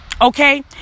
Okay